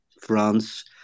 France